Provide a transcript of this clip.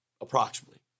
Approximately